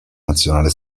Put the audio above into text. nazionale